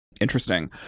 Interesting